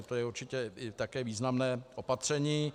To je určitě také významné opatření.